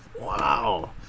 Wow